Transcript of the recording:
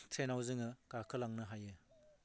ट्रेनाव जोङो गाखोलांनो हायो